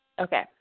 Okay